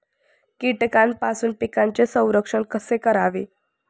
कीटकांपासून पिकांचे संरक्षण कसे करावे?